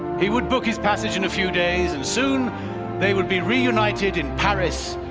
he would book his passage in a few days and soon they would be reunited in paris,